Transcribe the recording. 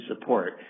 support